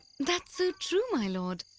that's so true, my lord!